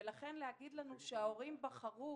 לכן להגיד לנו שההורים בחרו